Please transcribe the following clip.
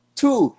two